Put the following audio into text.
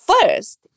first